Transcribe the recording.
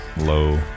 low